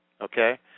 Okay